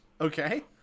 Okay